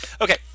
okay